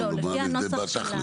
בוא נאמר את זה תכל'ס.